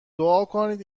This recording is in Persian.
دعاکنید